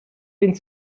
den